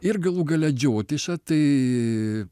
ir galų gale džiotiša tai